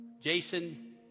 Jason